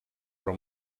però